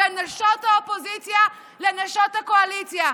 בין נשות האופוזיציה לנשות הקואליציה: